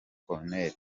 col